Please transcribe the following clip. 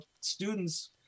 students